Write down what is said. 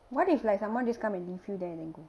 what if like someone just come and leave you there and then go